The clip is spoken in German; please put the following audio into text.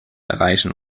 erreichen